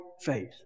faith